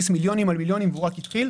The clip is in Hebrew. מיליונים על מיליונים והוא רק התחיל,